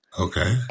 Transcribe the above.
Okay